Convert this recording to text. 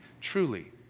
truly